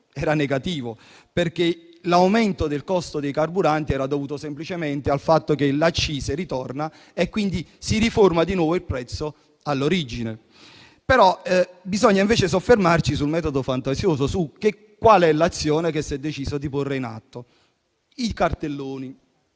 è negativo, perché l'aumento del costo dei carburanti è dovuto semplicemente al fatto che l'accisa ritorna, quindi si riforma di nuovo il prezzo all'origine. Bisogna invece soffermarci sul metodo fantasioso e sull'azione che si è deciso di porre in atto: i cartelloni.